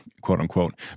quote-unquote